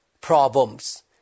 problems